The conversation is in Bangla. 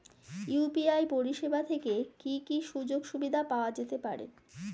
ইউ.পি.আই পরিষেবা থেকে কি কি সুযোগ সুবিধা পাওয়া যেতে পারে?